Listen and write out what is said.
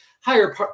higher